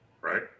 right